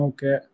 Okay